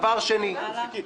הלאה.